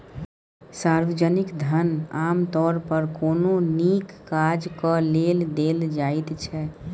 सार्वजनिक धन आमतौर पर कोनो नीक काजक लेल देल जाइत छै